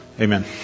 Amen